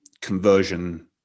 conversion